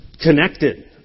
connected